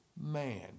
man